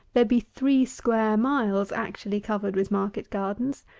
there be three square miles actually covered with market gardens,